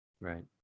Right